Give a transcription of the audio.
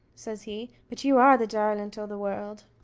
says he but you are the darlint o' the world.